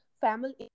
family